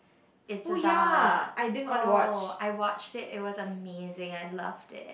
it's about oh I watched it it was amazing I love it